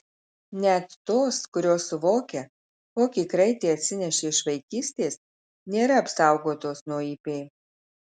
net tos kurios suvokia kokį kraitį atsinešė iš vaikystės nėra apsaugotos nuo ip